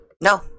No